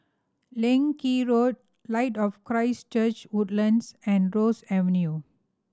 Leng Kee Road Light of Christ Church Woodlands and Ross Avenue